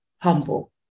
humble